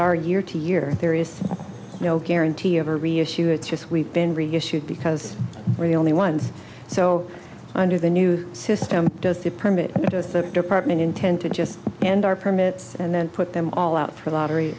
are year to year there is no guarantee of a reissue it's just we've been reissued because we're the only ones so under the new system does the permit department intend to just and our permits and then put them all out for a lottery